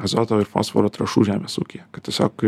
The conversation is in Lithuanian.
azoto ir fosforo trąšų žemės ūkyje kad tiesiog